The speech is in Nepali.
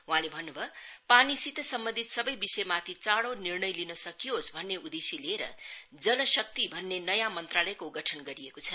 वहाँले भन्न् भयो पानीसित सम्वन्धित सबै विषयमाथि चाढो निर्णय लिन सकियोस् भन्ने उद्देश्य लिएर जल शक्ति भन्ने नयाँ मत्रालयको गठन गरिएको छ